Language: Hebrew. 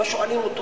לא שואלים אותו